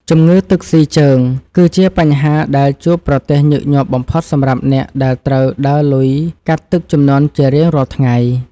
ជំងឺទឹកស៊ីជើង គឺជាបញ្ហាដែលជួបប្រទះញឹកញាប់បំផុតសម្រាប់អ្នកដែលត្រូវដើរលុយកាត់ទឹកជំនន់ជារៀងរាល់ថ្ងៃ។